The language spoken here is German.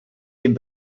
dem